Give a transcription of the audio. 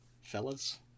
fellas